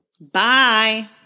Bye